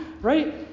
right